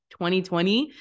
2020